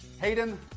Hayden